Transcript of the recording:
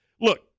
look